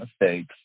mistakes